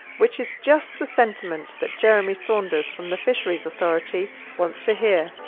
which is just the sentiment that jeremy saunders from the fisheries authority wants to hear.